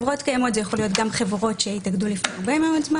חברות קיימות זה יכול להיות גם חברות שהתאגדו לפני הרבה מאוד זמן.